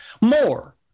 More